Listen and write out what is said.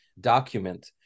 document